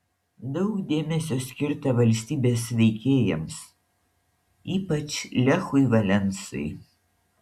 daug dėmesio skirta valstybės veikėjams ypač lechui valensai